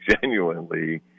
genuinely